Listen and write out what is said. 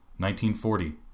1940